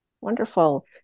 Wonderful